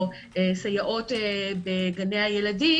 או סייעות בגני הילדים,